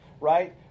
right